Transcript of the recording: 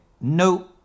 no